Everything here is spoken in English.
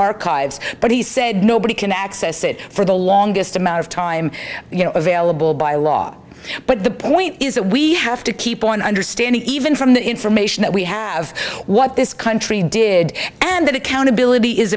archives but he said nobody can access it for the longest amount of time you know available by law but the point is that we have to keep on understand even from the information that we have what this country did and that accountability is